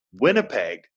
Winnipeg